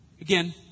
Again